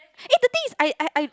eh the thing is I I I